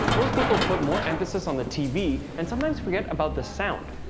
most people put more emphasis on the tv and sometimes forget about the sound,